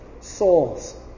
souls